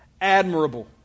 admirable